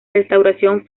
restauración